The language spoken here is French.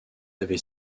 avait